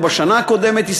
או בשנה הקודמת,